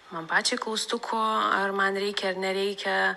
man pačiai klaustukų ar man reikia ar nereikia